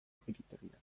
agiritegiak